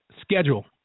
schedule